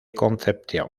concepción